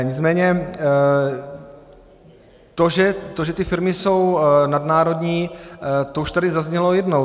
Nicméně to, že ty firmy jsou nadnárodní, to už tady zaznělo jednou.